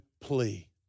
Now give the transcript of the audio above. plea